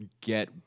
get